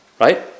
right